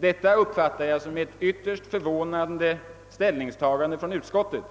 Detta uppfattar jag som ett ytterst förvånande ställningstagande av utskottet,